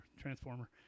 Transformer